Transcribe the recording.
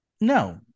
No